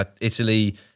Italy